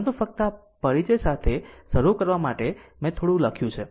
પરંતુ ફક્ત આ પરિચય શરૂ કરવા માટે મેં થોડું લખ્યું છે